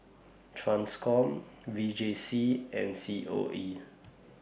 TRANSCOM V J C and C O E